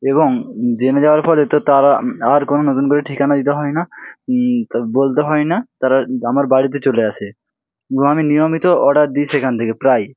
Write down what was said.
এবং জেনে যাওয়ার ফলে তো তারা আর কোনও নতুন করে ঠিকানা দিতে হয় না তো বলতে হয় না তারা আমার বাড়িতে চলে আসে এবং আমি নিয়মিত অর্ডার দিই সেখান থেকে প্রায়